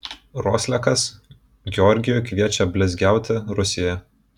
roslekas georgijų kviečia blizgiauti rusijoje